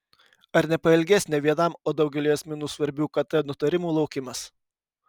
ar nepailgės ne vienam o daugeliui asmenų svarbių kt nutarimų laukimas